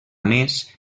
més